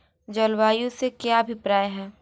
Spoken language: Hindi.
जलवायु से क्या अभिप्राय है?